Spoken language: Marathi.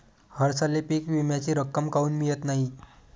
हरसाली पीक विम्याची रक्कम काऊन मियत नाई?